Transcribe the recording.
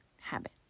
habit